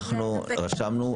אנחנו רשמנו.